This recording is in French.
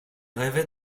rêvait